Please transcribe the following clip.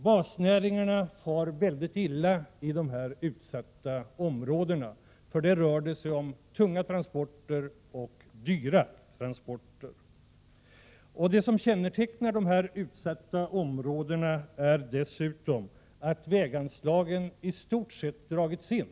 Basnäringarna far väldigt illa i dessa utsatta områden, för här rör det sig om tunga transporter och dyra transporter. Kännetecknande för dessa områden är dessutom att väganslagen i stort sett dragits in.